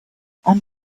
and